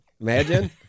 Imagine